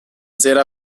sera